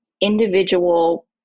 individual